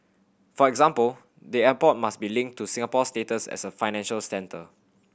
for example the airport must be linked to Singapore's status as a financial centre